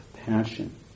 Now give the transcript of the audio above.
passion